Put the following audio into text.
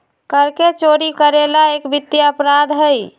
कर के चोरी करे ला एक वित्तीय अपराध हई